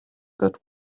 good